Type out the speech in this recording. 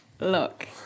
Look